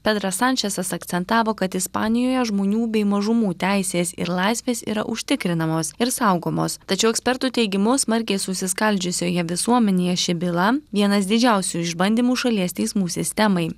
pedras sančesas akcentavo kad ispanijoje žmonių bei mažumų teisės ir laisvės yra užtikrinamos ir saugomos tačiau ekspertų teigimu smarkiai susiskaldžiusioje visuomenėje ši byla vienas didžiausių išbandymų šalies teismų sistemai